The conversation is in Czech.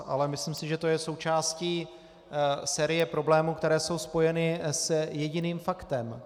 Ale myslím si, že to je součástí série problémů, které jsou spojeny s jediným faktem.